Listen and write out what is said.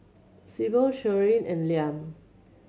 Syble Sherilyn and Liam